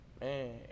Man